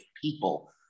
people